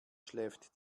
schläft